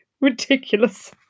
ridiculous